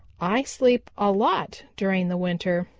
i sleep a lot during the winter,